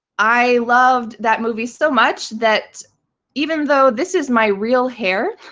i loved that movie so much that even though this is my real hair,